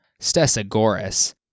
Stesagoras